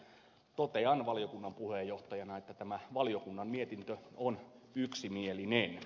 totean valiokunnan puheenjohtajana että tämä valiokunnan mietintö on yksimielinen